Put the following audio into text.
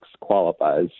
qualifies